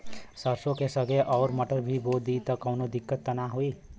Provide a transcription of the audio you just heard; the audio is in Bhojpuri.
सरसो के संगे अगर मटर भी बो दी त कवनो दिक्कत त ना होय?